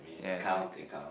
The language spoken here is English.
counts it count